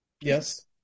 Yes